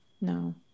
No